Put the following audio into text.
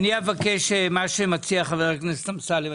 אני אבקש מה שמציע חבר הכנסת אמסלם,